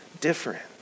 different